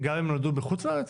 גם אם נולדו בחוץ לארץ?